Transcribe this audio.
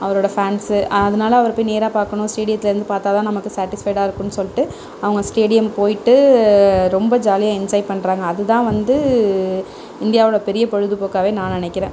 அவரோடய ஃபேன்ஸு அதனால அவரை போய் நேராக பார்க்குணும் ஸ்டேடியத்துலேருந்து பார்த்தா தான் நமக்கு சாட்டிஸ்ஃபைடாக இருக்கும்ன்னு சொல்லிட்டு அவங்க ஸ்டேடியம் போய்ட்டு ரொம்ப ஜாலியாக என்ஜாய் பண்ணுறாங்க அதுதான் வந்து இந்தியாவோட பெரிய பொழுதுபோக்காவே நான் நெனைக்கிறேன்